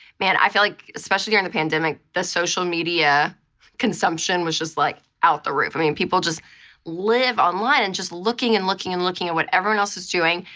man, i feel like, especially during the pandemic, the social media consumption was just like out the roof. i mean people just live online and just looking and looking and looking at what everyone else is doing,